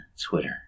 Twitter